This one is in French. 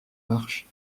marches